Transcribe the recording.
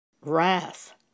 wrath